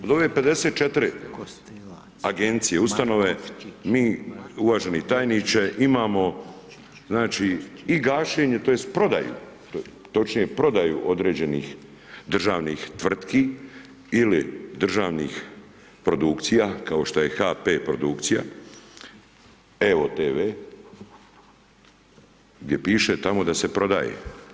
Od ove 54 Agencije, Ustanove, mi, uvaženi tajniče, imamo, znači, i gašenje tj. prodaju, točnije prodaju određenih državnih tvrtki ili državnih produkcija, kao što je HP produkcija, evo-tv, gdje piše tamo da se prodaje.